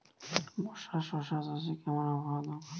বর্ষার শশা চাষে কেমন আবহাওয়া দরকার?